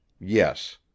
Yes